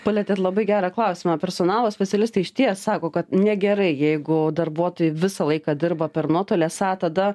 palietėt labai gerą klausimą personalo specialistai išties sako kad negerai jeigu darbuotojai visą laiką dirba per nuotolį esą tada